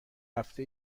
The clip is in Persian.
هفته